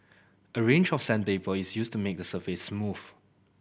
a range of sandpaper is used to make the surface smooth